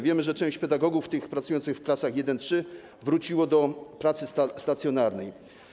Wiemy, że część pedagogów, tych pracujących w klasach I-III, wróciła do pracy stacjonarnej.